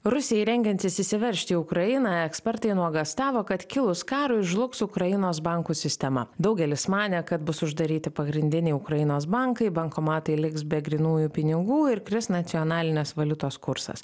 rusijai rengiantis įsiveržti į ukrainą ekspertai nuogąstavo kad kilus karui žlugs ukrainos bankų sistema daugelis manė kad bus uždaryti pagrindiniai ukrainos bankai bankomatai liks be grynųjų pinigų ir kris nacionalinės valiutos kursas